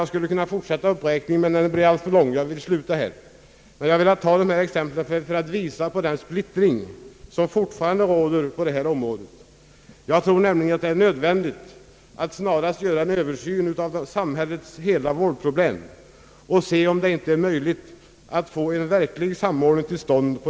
Jag skulle kunna fortsätta uppräkningen, men den blir alltför lång, så jag slutar här. Jag har velat anföra dessa exempel för att visa på de brister som fortfarande råder på detta område. Jag tror nämligen att det är nödvändigt att snarast göra en översyn av samhällets hela vårdproblem för att se om det inte är möjligt att få en verklig samordning till stånd.